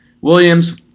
Williams